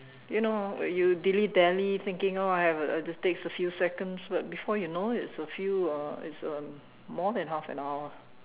you know you dilly dally thinking oh I have a this takes a few seconds but before you know it's a few uh it's uh more than half an hour